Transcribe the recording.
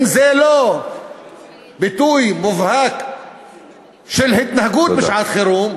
אם זה לא ביטוי מובהק של התנהגות בשעת-חירום,